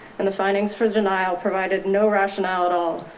and the findings for the denial provided no rationale at all.